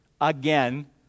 Again